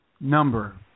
number